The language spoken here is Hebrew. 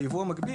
על יבוא מקביל,